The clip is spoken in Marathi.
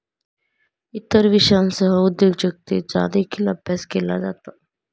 इतर विषयांसह उद्योजकतेचा देखील अभ्यास केला जातो